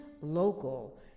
local